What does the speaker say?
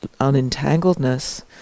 unentangledness